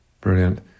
Brilliant